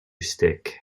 stick